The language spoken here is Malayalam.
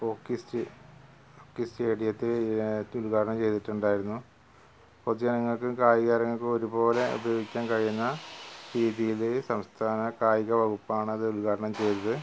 ഹോക്കി സ്റ്റേ ഹോക്കി സ്റ്റേഡിയത്തിൽ ആയിട്ട് ഉൽഘാടനം ചെയ്തിട്ടുണ്ടാരുന്നു പൊതു ജനങ്ങൾക്കും കായിക താരങ്ങൾക്കും ഒരുപോലെ ഉപയോഗിക്കാൻ കഴിയുന്ന രീതിയിൽ സംസ്ഥാന കായിക വകുപ്പാണത് ഉൽഘാടനം ചെയ്തത്